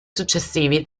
successivi